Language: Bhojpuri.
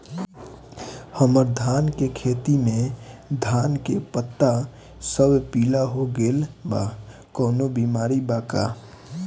हमर धान के खेती में धान के पता सब पीला हो गेल बा कवनों बिमारी बा का?